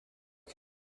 like